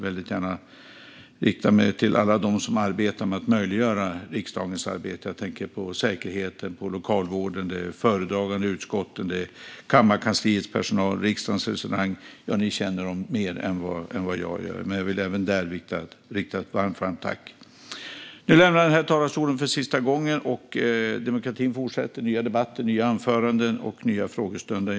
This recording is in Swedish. Jag vill gärna rikta mig till alla som arbetar med att möjliggöra riksdagens arbete. Jag tänker på säkerheten, lokalvården, föredragande i utskottet, kammarkansliets personal och riksdagens restaurang - ni känner dem mer än vad jag gör. Även där vill jag rikta ett varmt tack. Nu lämnar jag denna talarstol för sista gången. Demokratin fortsätter med nya debatter, nya anföranden och nya frågestunder.